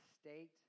state